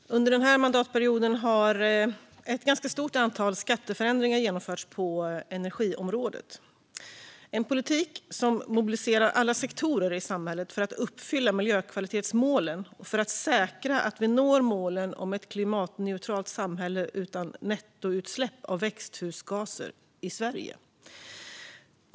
Fru talman! Under denna mandatperiod har ett stort antal skatteförändringar genomförts på energiområdet som en del i en politik som mobiliserar alla sektorer i samhället för att uppfylla miljökvalitetsmålen och för att säkra att vi når målen om ett klimatneutralt samhälle utan nettoutsläpp av växthusgaser i Sverige.